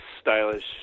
stylish